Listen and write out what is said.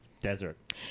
desert